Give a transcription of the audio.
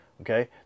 okay